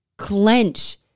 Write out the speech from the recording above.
Clench